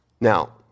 Now